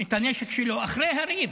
את הנשק שלו, אחרי הריב,